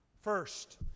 First